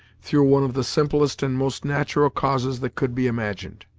through one of the simplest and most natural causes that could be imagined.